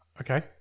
Okay